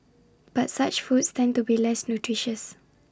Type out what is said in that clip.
but such foods tend to be less nutritious